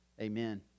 Amen